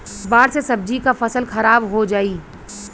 बाढ़ से सब्जी क फसल खराब हो जाई